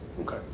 Okay